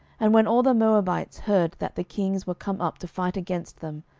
and when all the moabites heard that the kings were come up to fight against them,